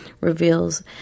reveals